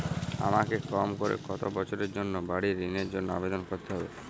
আমাকে কম করে কতো বছরের জন্য বাড়ীর ঋণের জন্য আবেদন করতে হবে?